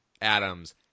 Adams